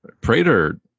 Prater